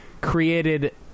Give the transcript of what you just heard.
created